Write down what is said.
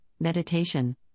meditation